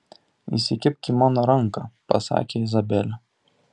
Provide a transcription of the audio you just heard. įsikibk į mano ranką pasakė izabelė